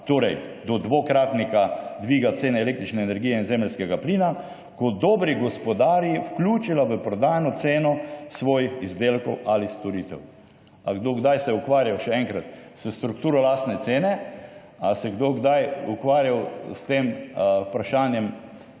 torej do dvokratnika dviga cen električne energije in zemeljskega plina, kot dobri gospodarji vključila v prodajno ceno svojih izdelkov ali storitev. Ali se je kdo kdaj, še enkrat, ukvarjal s strukturo lastne cene? Ali se je kdo kdaj ukvarjal s tem vprašanjem,